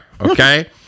okay